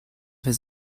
his